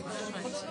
חקיקה.